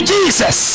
Jesus